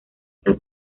está